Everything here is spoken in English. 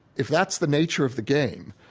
if that's the nature of the game,